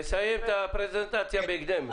תסיים את הפרזנטציה בהקדם.